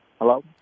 Hello